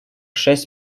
шесть